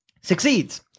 succeeds